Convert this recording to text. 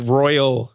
royal